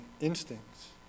instincts